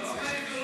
הוא אומר: